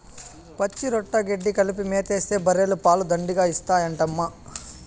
పచ్చిరొట్ట గెడ్డి కలిపి మేతేస్తే బర్రెలు పాలు దండిగా ఇత్తాయంటమ్మా